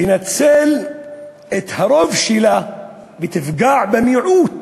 תנצל את הרוב שלה ותפגע במיעוט,